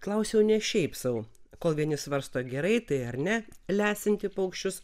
klausiau ne šiaip sau kol vieni svarsto gerai tai ar ne lesinti paukščius